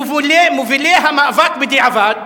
מובילי המאבק בדיעבד,